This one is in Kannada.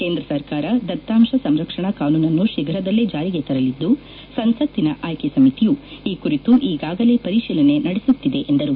ಕೇಂದ್ರ ಸರ್ಕಾರ ದತ್ತಾಂಶ ಸಂರಕ್ಷಣಾ ಕಾನೂನನ್ನು ಶೀಘ್ರದಲ್ಲೇ ಜಾರಿಗೆ ತರಲಿದ್ದು ಸಂಸತ್ತಿನ ಆಯ್ಲೆ ಸಮಿತಿಯು ಈ ಕುರಿತು ಈಗಾಗಲೇ ಪರಿಶೀಲನೆ ನಡೆಸುತ್ತಿದೆ ಎಂದರು